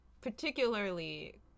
particularly